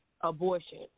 abortion